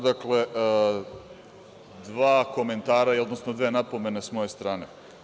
Dakle, dva komentara, odnosno dve napomene s moje strane.